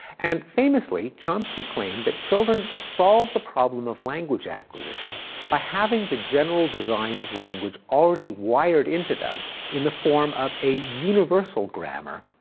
and famously, chomsky claimed that children solved the problem of language acquisition by having the general design of language already wired into them in the form of a universal grammar.